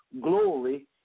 glory